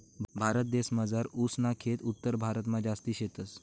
भारतदेसमझार ऊस ना खेत उत्तरभारतमा जास्ती शेतस